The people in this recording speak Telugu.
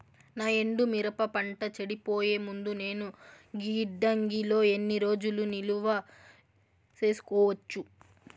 నా ఎండు మిరప పంట చెడిపోయే ముందు నేను గిడ్డంగి లో ఎన్ని రోజులు నిలువ సేసుకోవచ్చు?